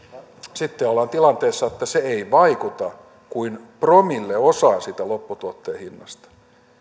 sitten ollaan tilanteessa että se ei vaikuta kuin promilleosaan siitä lopputuotteen hinnasta